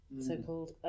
so-called